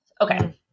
Okay